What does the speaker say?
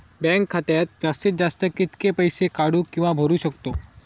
Bank खात्यात जास्तीत जास्त कितके पैसे काढू किव्हा भरू शकतो?